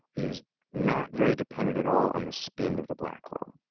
is not very dependent at all on the spin of the black hole.